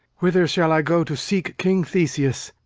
whither shall i go to seek king theseus?